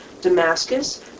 Damascus